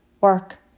work